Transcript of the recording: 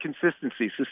Consistency